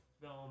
film